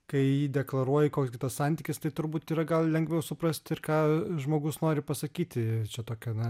kai jį deklaruoji koks gi tas santykis tai turbūt yra gal lengviau suprast ir ką žmogus nori pasakyti čia tokia na